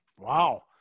Wow